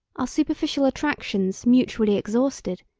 our superficial attractions mutually exhausted,